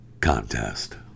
contest